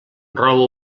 roba